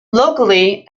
locally